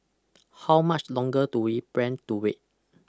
how much longer do we plan to wait